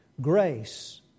grace